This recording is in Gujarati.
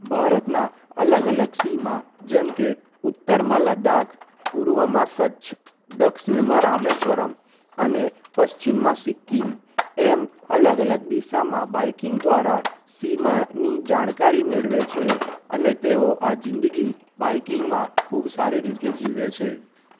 ભારતના અલગ અલગ સીમા જેમ કે ઉત્તરમાં લદાખ પૂર્વમાં કચ્છ દક્ષિણમાં રામેશ્વરમ અને પશ્ચિમમાં સિક્કિમ એમ અલગ અલગ દિશામાં બાઇકિંગ દ્વારા સીમાની જાણકારી મેળવે છે અને તેઓ આ જિંદગી બાઇકિંગમાં ખૂબ સારી રીતે જીવે છે